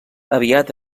aviat